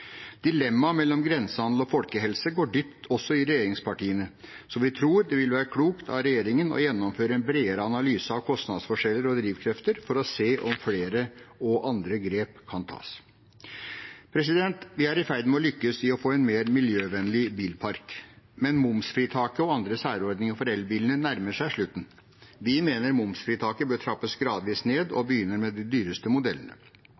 Dilemmaet mellom grensehandel og folkehelse går dypt også i regjeringspartiene, så vi tror det vil være klokt av regjeringen å gjennomføre en bredere analyse av kostnadsforskjeller og drivkrefter for å se om flere og andre grep kan tas. Vi er i ferd med å lykkes i å få en mer miljøvennlig bilpark, men momsfritaket og andre særordninger for elbilene nærmer seg slutten. Vi mener momsfritaket bør trappes gradvis ned og begynner med de dyreste modellene.